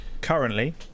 currently